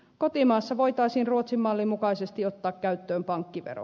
kotimaassa voitaisiin ruotsin mallin mukaisesti ottaa käyttöön pankkivero